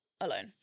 alone